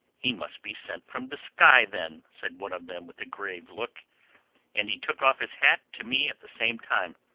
he must be sent from the sky then, said one of them with a grave look and he took off his hat to me at the same time.